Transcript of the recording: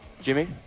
Jimmy